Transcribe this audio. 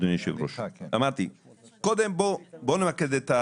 אמרתי קודם בוא נמקד.